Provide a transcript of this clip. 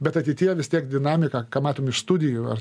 bet ateityje vis tiek dinamika ką matom iš studijų ar